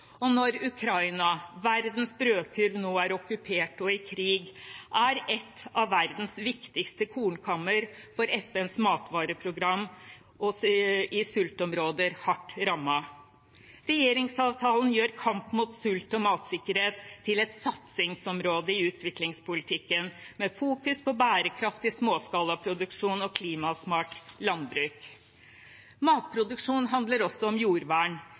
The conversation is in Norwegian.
Og når Ukraina, verdens brødkurv, nå er okkupert og i krig, er et av verdens viktigste kornkammer for FNs matvareprogram i sultområder hardt rammet. Regjeringsavtalen gjør kamp mot sult og for matsikkerhet til et satsingsområde i utviklingspolitikken, med fokus på bærekraftig småskalaproduksjon og klimasmart landbruk. Matproduksjon handler også om jordvern.